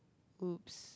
oops